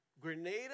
Grenada